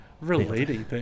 Relating